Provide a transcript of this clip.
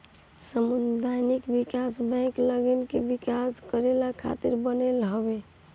सामुदायिक विकास बैंक लोगन के विकास करे खातिर बनल हवे